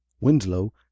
Winslow